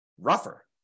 rougher